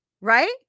right